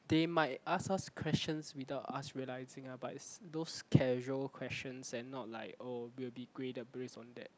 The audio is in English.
they might ask us questions without us realizing ah but is those casual questions and not like oh we will be graded based on that